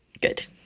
Good